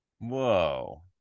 Whoa